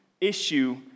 issue